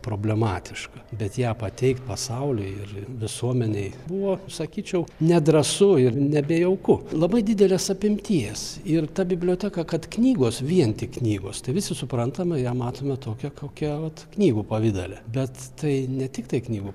problematiška bet ją pateikt pasauliui ir visuomenei buvo sakyčiau nedrąsu ir nebejauku labai didelės apimties ir ta biblioteka kad knygos vien tik knygos tai visi suprantame ją matome tokią kokią vat knygų pavidale bet tai ne tiktai knygų